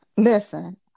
Listen